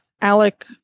Alec